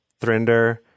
thrinder